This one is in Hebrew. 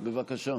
בבקשה.